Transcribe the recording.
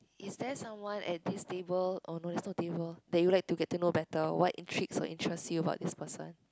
is there someone at this table oh no there's no table that you would like to know better what intricts or interests you about this person